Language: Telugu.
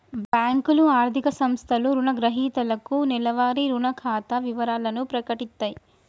బ్యేంకులు, ఆర్థిక సంస్థలు రుణగ్రహీతలకు నెలవారీ రుణ ఖాతా వివరాలను ప్రకటిత్తయి